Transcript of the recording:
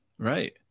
right